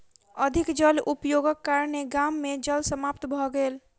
अधिक जल उपयोगक कारणेँ गाम मे जल समाप्त भ गेल